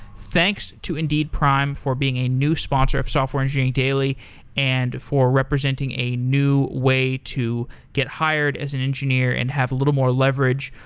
thanks to indeed prime for being a new sponsor of software engineering daily and for representing a new way to get hired as an engineer and have a little more leverage,